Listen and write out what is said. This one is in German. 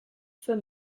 für